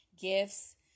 gifts